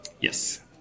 Yes